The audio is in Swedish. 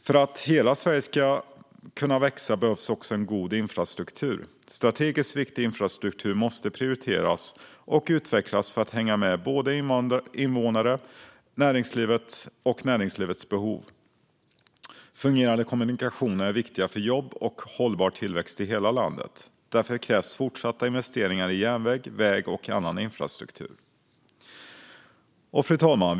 För att hela Sverige ska kunna växa behövs också en god infrastruktur. Strategiskt viktig infrastruktur måste prioriteras och utvecklas för att hänga med både invånare och näringsliv och näringslivets behov. Fungerande kommunikationer är viktiga för jobb och hållbar tillväxt i hela landet. Därför krävs fortsatta investeringar i järnväg, väg och annan infrastruktur. Fru talman!